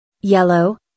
Yellow